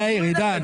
עידן,